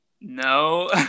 No